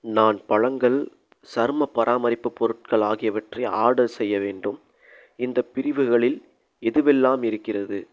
நான் பழங்கள் சரும பராமரிப்பு பொருட்கள் ஆகியவற்றை ஆர்டர் செய்ய வேண்டும் இந்தப் பிரிவுகளில் எதுவெல்லாம் இருக்கிறது